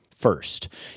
First